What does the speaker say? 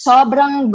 Sobrang